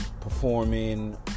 performing